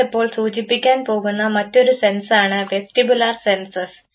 നമ്മൾ ഇപ്പോൾ സൂചിപ്പിക്കാൻ പോകുന്ന മറ്റൊരു സെൻസാണ് വെസ്റ്റിബുലാർ സെൻസസ്